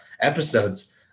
episodes